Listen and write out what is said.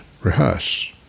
rehearse